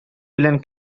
белән